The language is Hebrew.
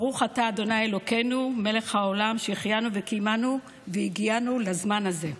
ברוך אתה ה' אלוהינו מלך העולם שהחיינו וקיימנו והגיענו לזמן הזה.